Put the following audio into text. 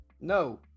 No